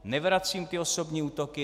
Nevracím osobní útoky.